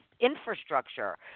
infrastructure